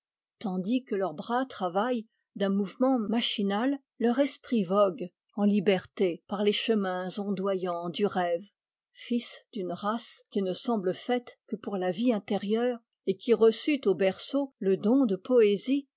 tandis que leur bras travaille d'un mouvement machinal leur esprit vogue en liberté par les chemins ondoyants du rêve fils d'une race qui ne semble faite que pour la vie intérieure et qui reçut au berceau le don de poésie